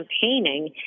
campaigning